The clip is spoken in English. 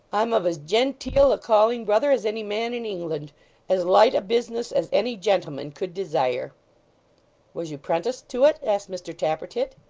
i'm of as gen-teel a calling, brother, as any man in england as light a business as any gentleman could desire was you prenticed to it asked mr tappertit.